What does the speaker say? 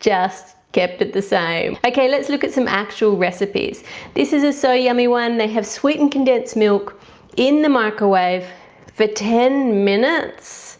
just kept it the same. okay let's look at some actual recipes this is a so yummy one they have sweetened condensed milk in the microwave for ten minutes